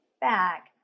back